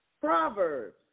Proverbs